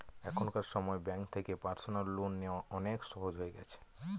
এখনকার সময় ব্যাঙ্ক থেকে পার্সোনাল লোন নেওয়া অনেক সহজ হয়ে গেছে